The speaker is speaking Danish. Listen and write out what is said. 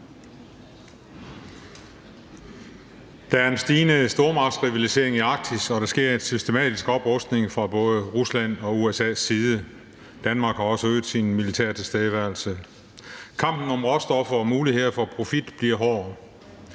Der er en stigende stormagtsrivalisering i Arktis, og der sker en systematisk oprustning fra både Ruslands og USA's side. Danmark har også øget sin militære tilstedeværelse. Kampen om råstoffer og muligheder for profit bliver hård.